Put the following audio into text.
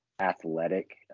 athletic